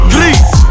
Please